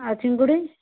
ଆଉ ଚିଙ୍ଗୁଡ଼ି